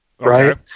right